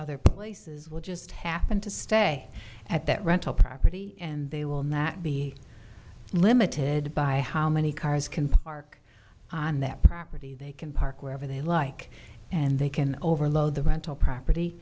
other places will just happen to stay at that rental property and they will not be limited by how many cars can park on that property they can park wherever they like and they can overload the rental property